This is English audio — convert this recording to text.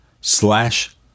slash